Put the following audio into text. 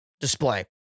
display